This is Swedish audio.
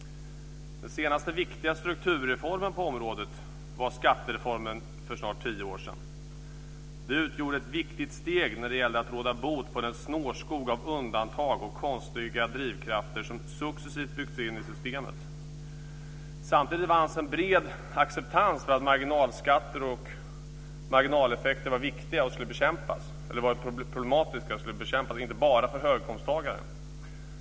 Den senaste viktiga strukturreformen på området var skattereformen för snart tio år sedan. Den utgjorde ett viktigt steg när det gällde att råda bot på den snårskog av undantag och konstiga drivkrafter som successivt byggts in i systemet. Samtidigt vanns en bred acceptans för att marginalskatter och marginaleffekter var problematiska och skulle bekämpas, inte bara för höginkomsttagare.